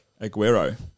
Aguero